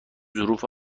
ظروف